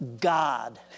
God